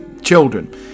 children